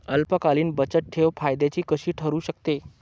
अल्पकालीन बचतठेव फायद्याची कशी ठरु शकते?